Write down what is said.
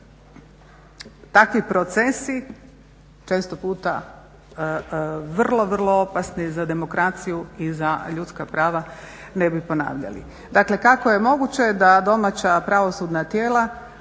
Dakle, kako je moguće da domaća pravosudna tijela